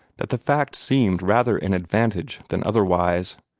that the fact seemed rather an advantage than otherwise.